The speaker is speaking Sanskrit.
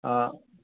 आम्